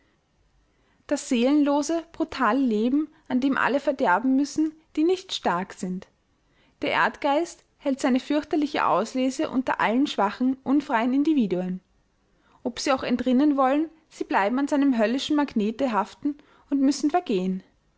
das seelenlose brutale leben an dem alle verderben müssen die nicht stark sind der erdgeist hält eine fürchterliche auslese unter allen schwachen unfreien individuen ob sie auch entrinnen wollen sie bleiben an seinem höllischen magnete haften und müssen vergehen